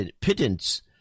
pittance